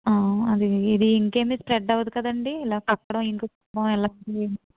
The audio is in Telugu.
అది ఇది ఇంక్ ఏమి స్ప్రెడ్ అవ్వదు కదండి ఇలా కక్కడం ఇంక్ స్పాయిల్ ఇలా